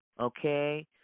okay